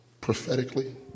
prophetically